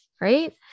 right